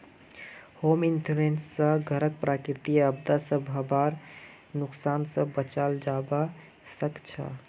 home insurance स घरक प्राकृतिक आपदा स हबार नुकसान स बचाल जबा सक छह